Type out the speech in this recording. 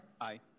aye